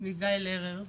עם גיא לרר,